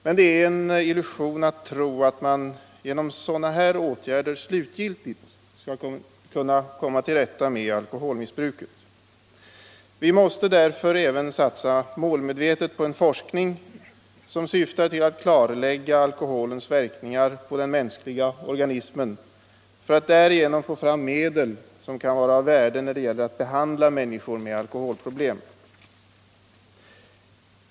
Men det är en illusion att tro att man genom sådana åtgärder slutgiltigt skall kunna komma till rätta med alkoholmissbruket. Vi måste därför även satsa målmedvetet på en forskning som syftar till att klarlägga alkoholens verkningar på den mänskliga organismen, för att därigenom få fram medel som kan vara av värde när det gäller att behandla människor med alkoholproblem.